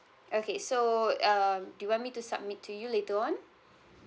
okay so uh do you want me to submit to you later on